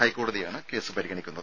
ഹൈക്കോടതിയാണ് case പരിഗണിക്കുന്നത്